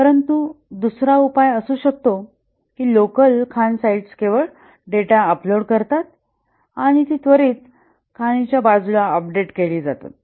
परंतु दुसरा उपाय असा असू शकतो की लोकल खाण साइट्स केवळ डेटा अपलोड करतात आणि ती त्वरित खाणीच्या बाजूला अपडेट केली जातात